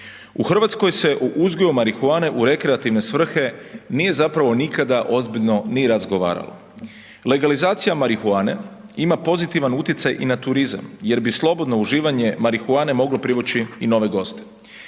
U Hrvatskoj se u uzgoju marihuane u rekreativne svrhe nije zapravo nikada ozbiljno ni razgovaralo. Legalizacija marihuane ima pozitivan utjecaj i na turizam jer bi slobodno uživanje marihuane moglo privući i nove goste.